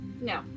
No